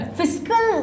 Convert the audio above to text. fiscal